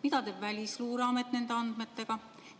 Mida teeb Välisluureamet nende andmetega?